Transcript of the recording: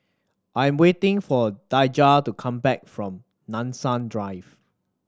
I am waiting for Daijah to come back from Nanson Drive